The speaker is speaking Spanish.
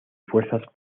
fuerzas